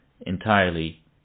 entirely